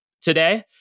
today